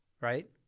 right